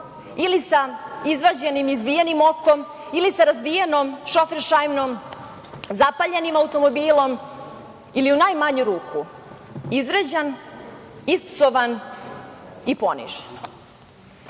ili sa izvađenim, izbijenim okom ili sa razbijenom šoferšajbnom, zapaljenim automobilom ili u najmanju ruku izvređan, ispsovan i ponižen. Ja